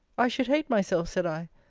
i should hate myself, said i,